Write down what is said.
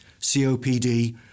COPD